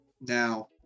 Now